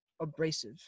abrasive